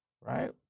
Right